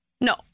No